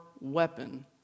weapon